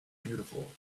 beautiful